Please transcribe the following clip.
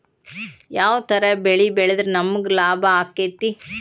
ಯಾವ ತರ ಬೆಳಿ ಬೆಳೆದ್ರ ನಮ್ಗ ಲಾಭ ಆಕ್ಕೆತಿ?